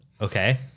Okay